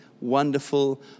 wonderful